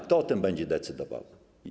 Kto o tym będzie decydował?